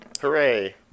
Hooray